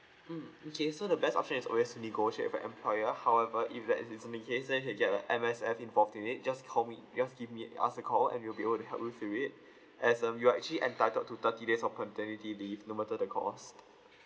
mm okay so the best option is always negotiate with your employer however if that is in the case then can get uh M_S_F involve in it just call me just give me us a call and we'll be able to help you through it as um you're actually entitled to thirty days of paternity leave no matter the cause